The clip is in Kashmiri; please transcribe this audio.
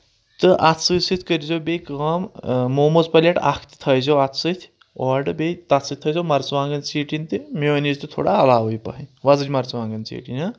تہٕ اَتھ سۭتۍ سۭتۍ کٔرزیٚو بیٚیہِ کٲم موموز پَلیٹ اکھ تہِ تھٲیزیٚو اَتھ سۭتۍ اورٕ بیٚیہِ تَتھ سۭتۍ تھٲوزیٚو مرژٕوانٛگن ژیٹِنۍ تہِ میوننز تہِ تھوڑا علاوے پہنۍ ۄزٕج مرژٕوانٛگَن ژیٹِنۍ ہہں